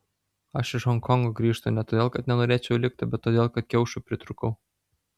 aš iš honkongo grįžtu ne todėl kad nenorėčiau likti bet todėl kad kiaušų pritrūkau